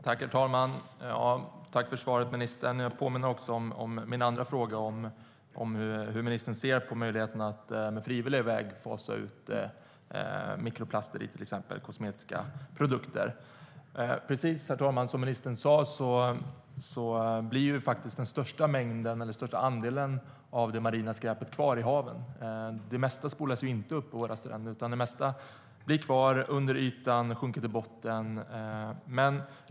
Herr talman! Tack för svaret, ministern. Men jag vill också påminna om min andra fråga om hur ministern ser på möjligheterna att på frivillig väg fasa ut mikroplaster i till exempel kosmetiska produkter. Som ministern sa blir den största andelen av det marina skräpet kvar i haven. Det mesta spolas ju inte upp på stränderna, utan det mesta ligger under ytan och sjunker till botten.